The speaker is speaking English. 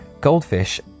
Goldfish